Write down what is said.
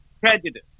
prejudice